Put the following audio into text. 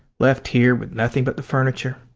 left here with nothing but the furniture.